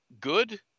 good